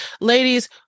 Ladies